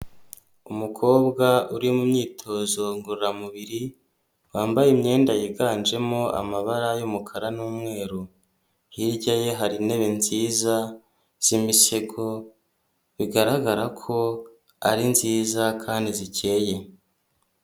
Umukobwa uri mu myitozo ngororamubiri, wambaye imyenda yiganjemo amabara y'umukara n'umweru. Hirya ye hari intebe nziza z'imisego, bigaragara ko ari nziza kandi zikeye.